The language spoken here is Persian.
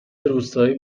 روستایی